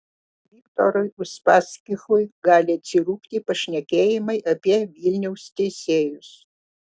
viktorui uspaskichui gali atsirūgti pašnekėjimai apie vilniaus teisėjus